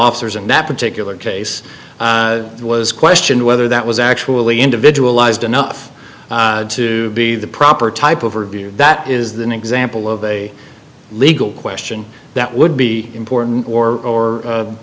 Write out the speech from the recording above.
officers in that particular case was questioned whether that was actually individualized enough to be the proper type of review that is than example of a legal question that would be important or or